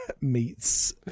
meets